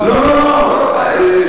אז אני מציע,